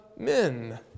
Men